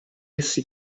essi